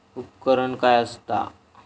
उपकरण काय असता?